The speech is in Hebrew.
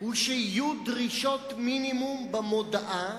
הוא שיהיו דרישות מינימום במודעה,